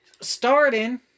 starting